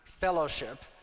Fellowship